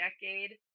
decade